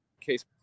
case